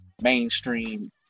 mainstream